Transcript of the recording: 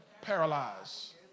paralyzed